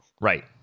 right